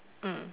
mm